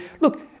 Look